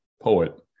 poet